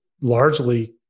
largely